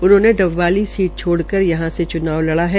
उन्होंने डबवाली सीट छाइकर यहां से च्नाव लड़ा है